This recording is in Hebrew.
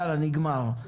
נגמר.